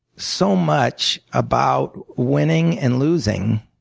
so much about winning and losing,